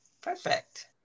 perfect